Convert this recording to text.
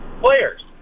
players